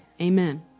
amen